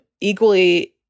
equally